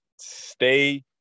Stay